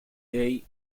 day